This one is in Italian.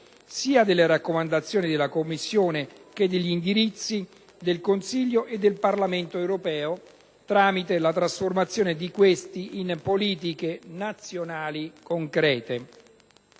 sia delle raccomandazioni della Commissione che degli indirizzi del Consiglio e del Parlamento europeo, tramite la trasformazione di questi in politiche nazionali concrete.